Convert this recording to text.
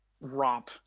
romp